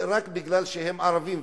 רק כי הם ערבים,